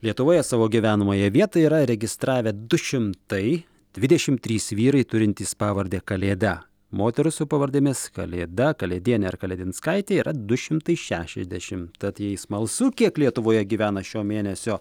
lietuvoje savo gyvenamąją vietą yra registravę du šimtai dvidešim trys vyrai turintys pavardę kalėda moterų su pavardėmis kalėda kalėdienė ar kalėdinskaitė yra du šimtai šešiasdešimt tad jei smalsu kiek lietuvoje gyvena šio mėnesio